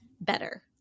better